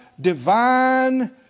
divine